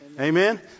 Amen